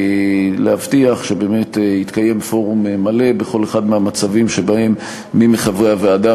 להבטיח שבאמת יתקיים פורום מלא בכל אחד מן המצבים שבהם מי מחברי הוועדה,